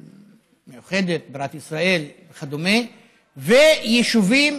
מיוחדת, בירת ישראל וכדומה, ויישובים,